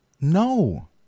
No